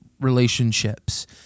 relationships